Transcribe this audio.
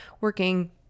working